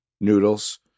noodles